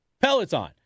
Peloton